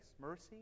mercy